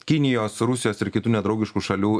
kinijos rusijos ir kitų nedraugiškų šalių